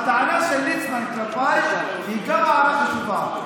הטענה של ליצמן כלפייך גם היא חשובה.